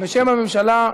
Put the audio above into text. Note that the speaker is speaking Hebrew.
בשם הממשלה.